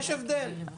יש הבדל.